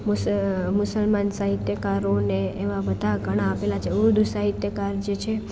મુસ મુસલમાન સાહિત્યકારોને એવા બધા ઘણા આપેલા છે ઉર્દૂ સાહિત્યકાર જે છે